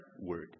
word